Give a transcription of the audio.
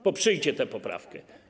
Poprzyjcie tę poprawkę.